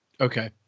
Okay